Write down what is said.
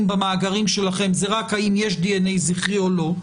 במאגרים שלכם זה רק האם יש דנ"א זכרי או לא,